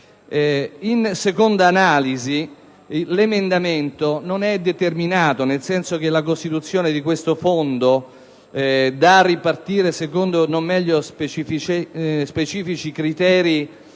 In seconda analisi, l'emendamento non è determinato, nel senso che la costituzione di questo fondo, da ripartire secondo specifici criteri